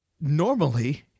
normally